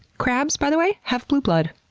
crabs, by the way, have blue blood.